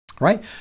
right